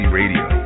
radio